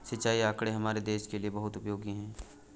सिंचाई आंकड़े हमारे देश के लिए बहुत उपयोगी है